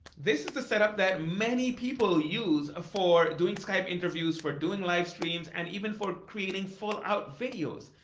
this is the set up that many people use for doing skype interviews, for doing livestreams, and even for creating full-out videos.